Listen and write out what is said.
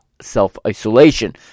self-isolation